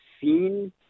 seen